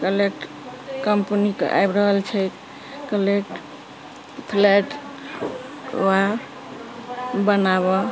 collect कम्पनीके आबि रहल छै क्लेट फ्लैट ओहे बनाबऽ